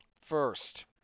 first